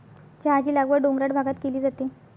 चहाची लागवड डोंगराळ भागात केली जाते